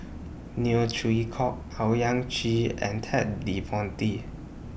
Neo Chwee Kok Owyang Chi and Ted De Ponti